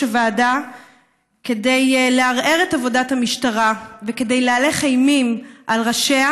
הוועדה כדי לערער את עבודת המשטרה וכדי להלך אימים על ראשיה,